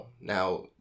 Now